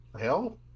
Hell